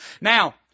Now